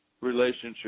Relationship